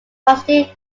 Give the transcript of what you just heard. casting